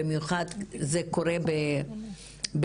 במיוחד כשזה קורה במקצועות,